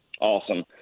Awesome